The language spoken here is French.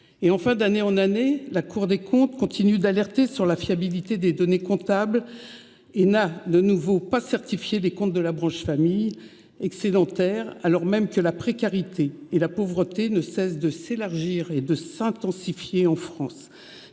Enfin, d’année en année, la Cour des comptes continue d’alerter sur la fiabilité des données comptables. De fait, de nouveau, elle n’a pas certifié les comptes de la branche famille, excédentaires, alors même que la précarité et la pauvreté ne cessent de s’élargir et de s’intensifier en France.